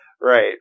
Right